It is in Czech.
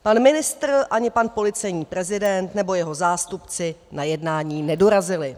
Pan ministr ani pan policejní prezident nebo jeho zástupci na jednání nedorazili.